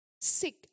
sick